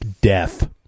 death